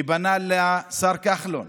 שפנה לשר כחלון